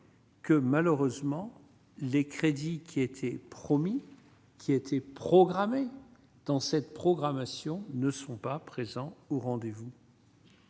Que malheureusement les crédits qui été promis. Qui était programmé dans cette programmation ne sont pas présents au rendez-vous.